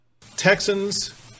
Texans